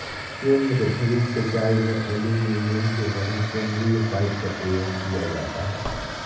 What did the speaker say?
केंद्र धुरी सिंचाई में एल्युमीनियम से बने केंद्रीय पाइप का प्रयोग किया जाता है